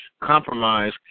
compromise